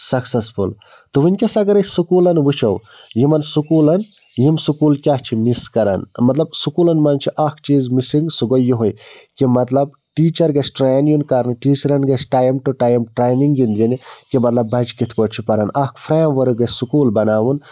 successful تہٕ وُنکٮ۪س اگر أسۍ سکوٗلَن وُچھو یِمَن سکوٗلَن یِم سکوٗل کیٛاہ چھِ مِس کَرن مطلب سکوٗلَن منٛز چھِ اَکھ چیٖز مِسِنٛگ سُہ گوٚو یہےَ کہِ مطلب ٹیٖچَر گژھِ ٹرٛین یُن کَرُن ٹیٖچرَن گژھِ ٹایم ٹُو ٹایم ٹرٛینِنٛگ یِِن دِنہِ کہِ مطلب بَچہِ کِتھٕ پٲٹھۍ چھُ پَرناوُن اکھ فرٛیم ؤرٕک گژھِ سکوٗل بَناوُن